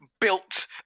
built